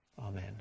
Amen